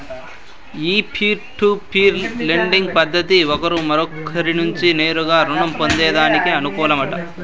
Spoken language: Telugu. ఈ పీర్ టు పీర్ లెండింగ్ పద్దతి ఒకరు మరొకరి నుంచి నేరుగా రుణం పొందేదానికి అనుకూలమట